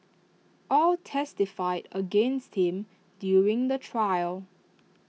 all testified against him during the trial